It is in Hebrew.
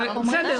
בסדר.